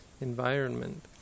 environment